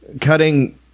cutting